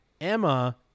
Emma